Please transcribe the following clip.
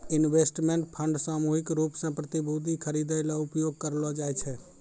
investment fund सामूहिक रूप सें प्रतिभूति खरिदै ल उपयोग करलो जाय छै